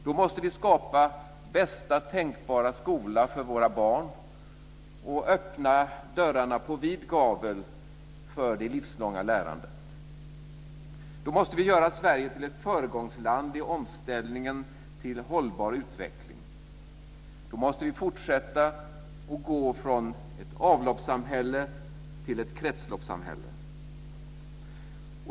Då måste vi skapa bästa tänkbara skola för våra barn och öppna dörrarna på vid gavel för det livslånga lärandet. Då måste vi göra Sverige till ett föregångsland i omställningen till hållbar utveckling. Då måste vi fortsätta att gå från ett avloppssamhälle till ett kretsloppssamhälle.